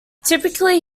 typically